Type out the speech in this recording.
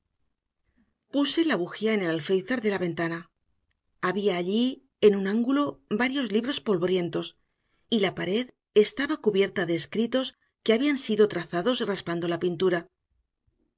puse la bujía en el alféizar de la ventana había allí en un ángulo varios libros polvorientos y la pared estaba cubierta de escritos que habían sido trazados raspando la pintura